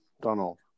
Donald